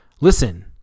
Listen